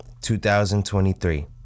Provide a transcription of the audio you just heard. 2023